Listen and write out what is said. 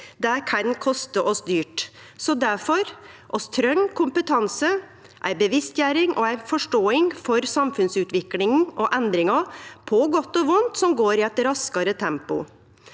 Det kan koste oss dyrt. Difor: Vi treng kompetanse, ei bevisstgjering og ei forståing for samfunnsutvikling og endringar, på godt og vondt, som går i eit raskare tempo.